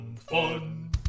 Fun